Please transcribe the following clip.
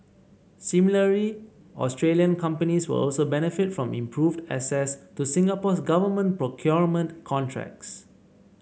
similarly Australian companies will also benefit from improved access to Singapore's government procurement contracts